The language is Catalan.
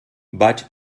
vaig